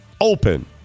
open